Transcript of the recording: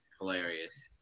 hilarious